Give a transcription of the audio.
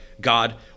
God